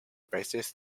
basis